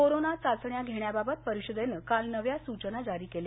corona चाचण्या घेण्याबाबत परिषदेनं काल नव्या सुचना जारी केल्या